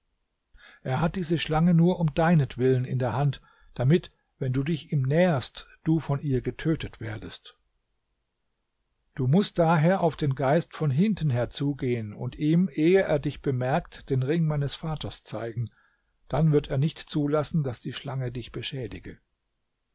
er hat diese schlange nur um deinetwillen in der hand damit wenn du dich ihm näherst du von ihr getötet werdest du mußt daher auf den geist von hinten her zugehen und ihm ehe er dich bemerkt den ring meines vaters zeigen dann wird er nicht zulassen daß die schlange dich beschädige